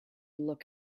look